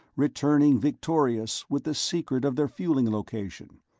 returning victorious with the secret of their fueling location,